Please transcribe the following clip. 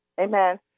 Amen